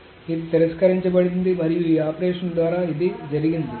కాబట్టి ఇది తిరస్కరించబడింది మరియు ఈ ఆపరేషన్ ద్వారా ఇది జరిగింది